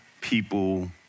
people